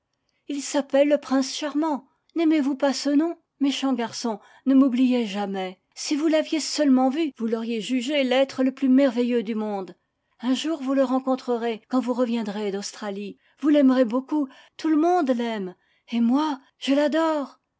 il s'appelle le prince charmant n'aimez-vous pas ce nom méchant garçon ne m'oubliez jamais si vous l'aviez seulement vu vous l'auriez jugé l'être le plus merveilleux du monde un jour vous le rencontrerez quand vous reviendrez d'australie vous l'aimerez beaucoup tout le monde l'aime et moi je l'adore